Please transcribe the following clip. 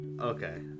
Okay